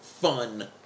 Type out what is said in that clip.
fun